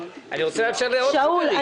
שאול,